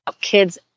kids